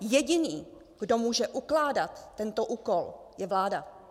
Jediný, kdo může ukládat tento úkol, je vláda.